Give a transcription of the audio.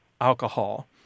alcohol